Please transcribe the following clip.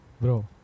Bro